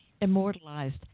Immortalized